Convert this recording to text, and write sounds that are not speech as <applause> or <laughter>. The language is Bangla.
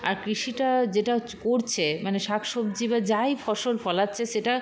আর কৃষিটা যেটা <unintelligible> করছে মানে শাক সবজি বা যাই ফসল ফলাচ্ছে সেটা